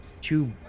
two